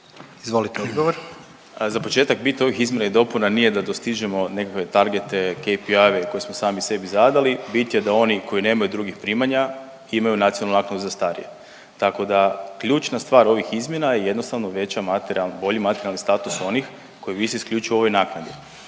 Za početak bit ovih izmjena i dopuna nije da dostižemo nekakve targete, KPI-jeve koje smo sami sebi zadali, bit je da oni koji nemaju drugih primanja imaju nacionalnu naknadu za starije, tako da ključna stvar ovih izmjena je jednostavno veća materijalna, bolji materijalni status onih koji ovise isključivo o ovoj naknadi.